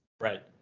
Right